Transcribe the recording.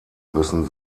müssen